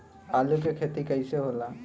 आलू के खेती कैसे होला?